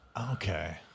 Okay